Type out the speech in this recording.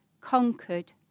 conquered